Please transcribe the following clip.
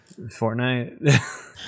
Fortnite